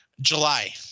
July